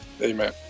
Amen